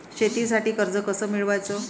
शेतीसाठी कर्ज कस मिळवाच?